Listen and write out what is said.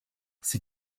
sie